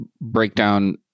breakdown